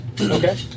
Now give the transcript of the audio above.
Okay